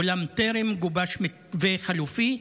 אולם טרם גובש מתווה חלופי.